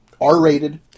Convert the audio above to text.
R-rated